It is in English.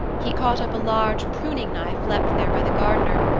he caught up a large pruning knife left there by the gardener,